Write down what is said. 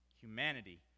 Humanity